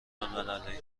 المللی